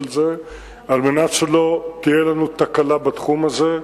זה על מנת שלא תהיה לנו תקלה בתחום הזה.